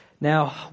Now